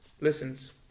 listens